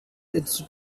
its